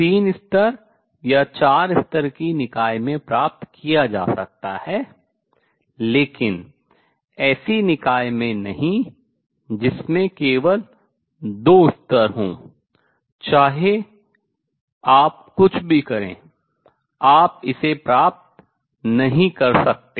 तीन स्तर या चार स्तर की निकाय में प्राप्त किया जा सकता है लेकिन ऐसी निकाय में नहीं जिसमें केवल दो स्तर हों चाहे आप कुछ भी करें आप इसे प्राप्त नहीं कर सकते